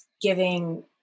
giving